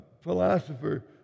philosopher